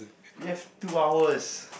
we have two hours